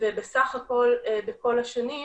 ובסך הכול בכל השנים